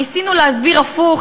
ניסינו להסביר הפוך,